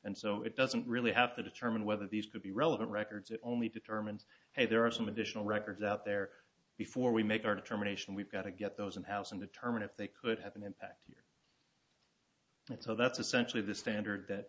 and so it doesn't really have to determine whether these could be relevant records it only determines if there are some additional records out there before we make our determination we've got to get those in house and determine if they could have an impact and so that's essentially the standard that